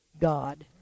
God